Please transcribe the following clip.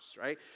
right